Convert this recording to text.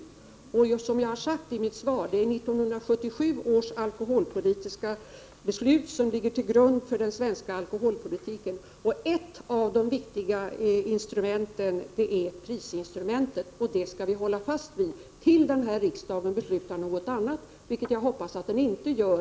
Det är så som jag har sagt i mitt svar, nämligen att det är 1977 års alkoholpolitiska beslut som ligger till grund för den svenska alkoholpolitiken. Ett av de viktiga instrumenten är prisinstrumentet, och det skall vi hålla fast vid till dess att denna riksdag beslutat något annat, vilket jag hoppas att den inte gör.